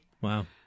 Wow